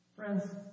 Friends